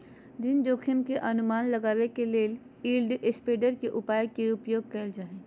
ऋण जोखिम के अनुमान लगबेले यिलड स्प्रेड के उपाय के उपयोग कइल जा हइ